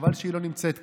שחבל שהיא לא נמצאת כאן: